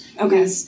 Okay